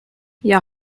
jag